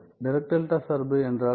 track delta சார்பு என்றால் என்ன